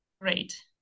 great